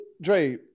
Dre